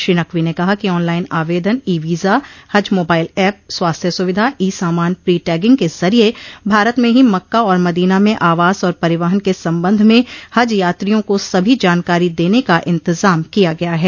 श्री नकवी ने कहा कि ऑनलाइन आवेदन ई वीजा हज मोबाइल ऐप ई मसीहा स्वास्थ्य सुविधा ई सामान प्री टैगिंग के जरिए भारत में ही मक्का और मदीना में आवास और परिवहन के संबंध में हज यात्रियों को सभी जानकारी देने का इतजाम किया गया है